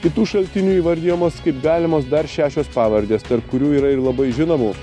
kitų šaltinių įvardijamos kaip galimos dar šešios pavardės tarp kurių yra ir labai žinomų